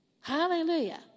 Hallelujah